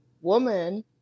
woman